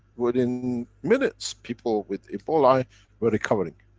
within minutes people with ebola were recovering.